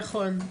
נכון.